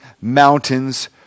mountains